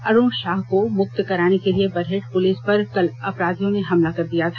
अरुण साह को मुक्त कराने गई बरहेट पुलिस पर कल अपराधियों ने हमला कर दिया था